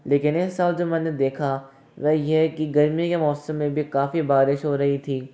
लेकिन इस साल जो मैंने देखा वह ये है कि गर्मी के मौसम में भी काफ़ी बारिश हो रही थी